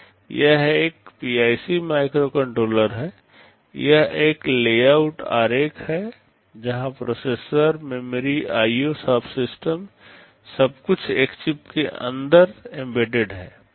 यह एक PIC microcontroller है यह एक लेआउट आरेख है जहां प्रोसेसर मेमोरी IO सबसिस्टम सब कुछ एक ही चिप के अंदर एम्बेडेड है